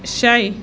شےَ